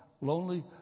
lonely